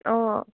অঁ